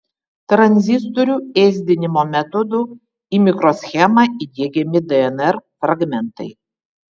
tranzistorių ėsdinimo metodu į mikroschemą įdiegiami dnr fragmentai